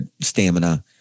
Stamina